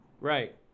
Right